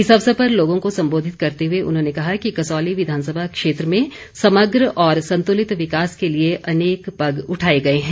इस अवसर पर लोगों को संबोधित करते हुए उन्होंने कहा कि कसौली विधानसभा क्षेत्र में समग्र और संतुलित विकास के लिए अनेक पग उठाए गए हैं